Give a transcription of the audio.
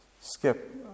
Skip